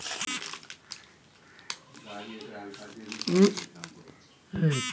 देखी पुंजी निवेश केने छी त ध्यान देबेय पड़तौ